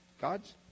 God's